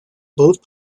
both